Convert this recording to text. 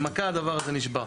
במכה הדבר הזה נשבר.